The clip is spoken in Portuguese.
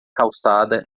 calçada